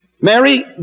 Mary